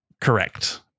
Correct